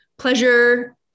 pleasure